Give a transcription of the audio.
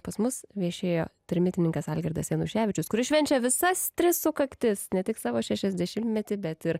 pas mus viešėjo trimitininkas algirdas januševičius kuris švenčia visas tris sukaktis ne tik savo šešiasdešimtmetį bet ir